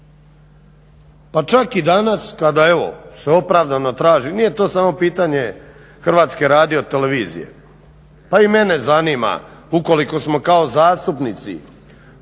Pa čak i danas kad se opravdano traži, nije to samo pitanje HRT-a, pa i mene zanima ukoliko smo kao kao zastupnici